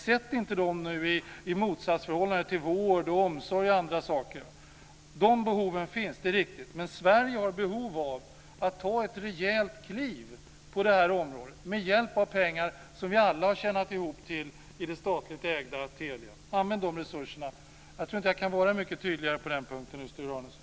Sätt inte detta i motsatsförhållande till vård, omsorg och annat! Det är riktigt att de behoven finns, men Sverige har behov av att ta ett rejält kliv på det här området, med hjälp av pengar som vi alla har tjänat ihop i det statligt ägda Telia. Använd de resurserna! Jag tror inte att jag kan vara mycket tydligare på den punkten, Sture Arnesson.